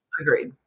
agreed